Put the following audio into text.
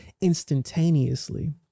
instantaneously